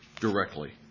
directly